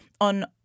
on